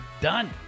done